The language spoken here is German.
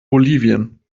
bolivien